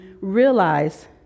realize